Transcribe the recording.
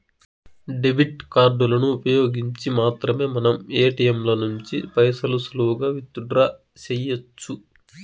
debit కార్డులను ఉపయోగించి మాత్రమే మనం ఏటియంల నుంచి పైసలు సులువుగా విత్ డ్రా సెయ్యొచ్చు